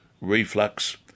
reflux